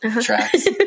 tracks